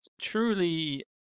truly